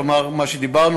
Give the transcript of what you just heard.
כלומר מה שדיברנו,